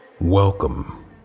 welcome